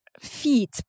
feet